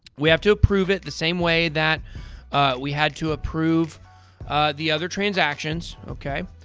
we have to approve it the same way that we had to approve the other transactions. okay?